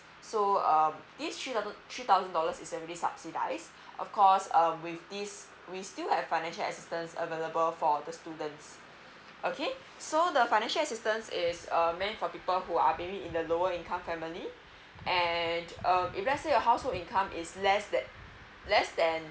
so uh this three thou~ three thousand dollars is already subsidies of course uh with this we still have financial assistance available for the students okay so the financial assistance is uh meant for people who are maybe in the lower income family and um if let say your household income is less that less than